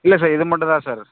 இல்லை சார் இது மட்டும் தான் சார்